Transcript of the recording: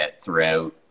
throughout